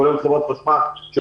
כולל חברת חשמל.